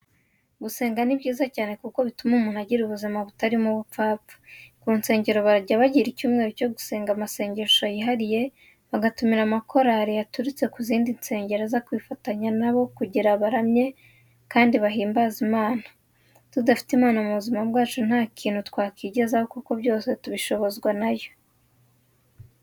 Gusenga ni byiza cyane kuko bituma ugira ubuzima butarimo ubupfapfa. Ku nsengero bajya bagira icyumweru cyo gusenga amasengesho yihariye, bagatumira amakorari yaturutse ku zindi nsengero akaza kwifatanya na bo kugira baramye kandi bahimbaze Imana. Tudafite Imana mu buzima bwacu nta kintu twakwigezaho kuko byose tubishobozwa na yo.